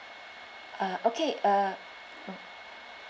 uh okay uh